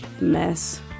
mess